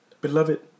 Beloved